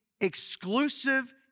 exclusive